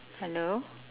hello